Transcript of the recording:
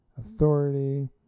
Authority